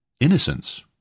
innocence